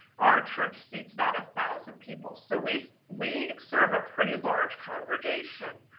our church seats about a thousand people. so we we serve a pretty large congregation.